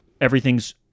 everything's